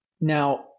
now